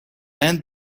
and